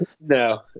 No